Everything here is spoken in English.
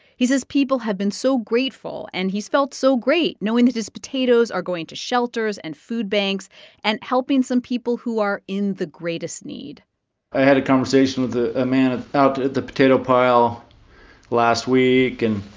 he says people have been so grateful, and he's felt so great knowing that his potatoes are going to shelters and food banks and helping some people who are in the greatest need i had a conversation with a man at the potato pile last week. and,